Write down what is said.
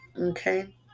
Okay